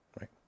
right